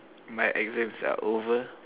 my exams are over